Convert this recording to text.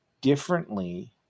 differently